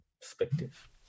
perspective